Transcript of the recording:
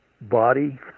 body